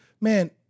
Man